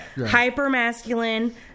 hyper-masculine